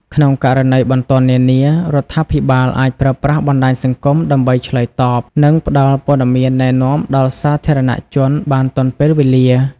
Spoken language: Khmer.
ក្នុងករណីបន្ទាន់នានា រដ្ឋាភិបាលអាចប្រើប្រាស់បណ្ដាញសង្គមដើម្បីឆ្លើយតប និងផ្ដល់ព័ត៌មានណែនាំដល់សាធារណជនបានទាន់ពេលវេលា។